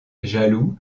jaloux